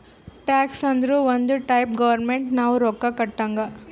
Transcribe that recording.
tax ಅಂದುರ್ ಒಂದ್ type government ನಾವು ರೊಕ್ಕಾ ಕೊಟ್ಟಂಗ್